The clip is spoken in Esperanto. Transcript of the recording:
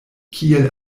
kiel